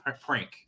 prank